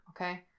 okay